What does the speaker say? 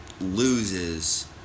loses